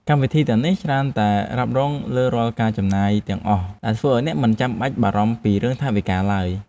កម្មវិធីទាំងនេះច្រើនតែរ៉ាប់រងលើរាល់ការចំណាយទាំងអស់ដែលធ្វើឱ្យអ្នកមិនចាំបាច់បារម្ភពីរឿងថវិកាឡើយ។